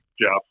Jeff